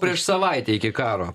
prieš savaitę iki karo